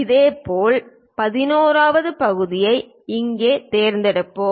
இதேபோல் 11 வது பகுதியை இங்கே தேர்ந்தெடுப்போம்